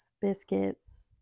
biscuits